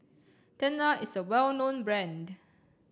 Tena is a well known brand